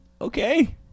Okay